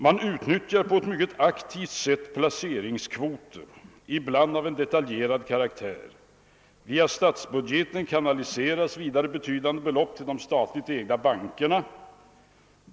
Man utnyttjar på ett mycket aktivt sätt placeringskvoter; ibland av en detaljerad karaktär. Via statsbudgeten kanaliseras vidare betydande belopp till de statligt ägda bankerna.